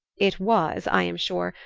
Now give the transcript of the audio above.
it was, i am sure,